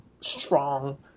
strong